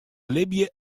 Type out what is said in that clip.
libje